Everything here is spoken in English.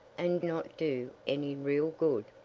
and not do any real good.